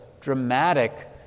dramatic